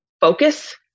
focus